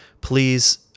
please